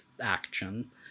action